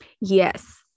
Yes